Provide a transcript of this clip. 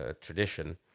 tradition